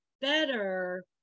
better